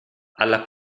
alla